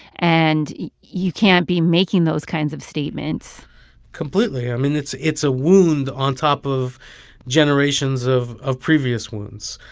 and you can't be making those kinds of statements completely. i mean, it's it's a wound on top of generations of of previous wounds.